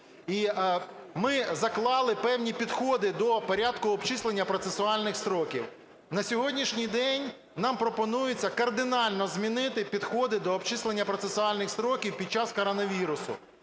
ми заклали певні підходи до порядку обчислення процесуальних строків. На сьогоднішній день нам пропонується кардинально змінити підходи до обчислення процесуальних строків під час коронавірусу.